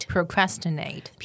Procrastinate